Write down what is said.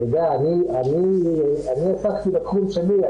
אתה יודע אני התעסקתי בתחום שלי,